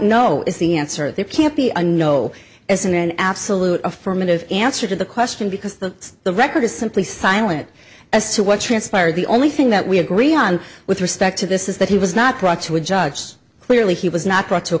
know is the answer there can't be a no as an absolute affirmative answer to the question because the the record is simply silent as to what transpired the only thing that we agree on with respect to this is that he was not brought to a judge clearly he was not brought to